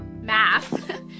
math